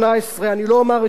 אפילו שהוא כותב את זה כאן.